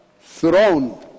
thrown